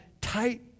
tight